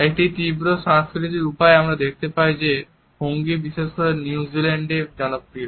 একটি তীব্র সাংস্কৃতিক উপায়ে আমরা দেখতে পাই যে হঙ্গি বিশেষ করে নিউজিল্যান্ডে জনপ্রিয়